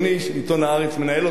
ועיתון "הארץ" מנהל אותנו.